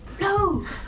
No